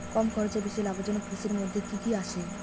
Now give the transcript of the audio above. কম খরচে বেশি লাভজনক কৃষির মইধ্যে কি কি আসে?